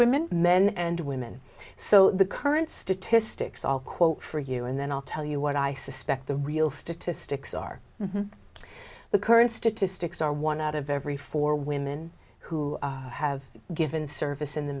women men and women so the current statistics all quote for you and then i'll tell you what i suspect the real statistics are the current statistics are one out of every four women who have given service in the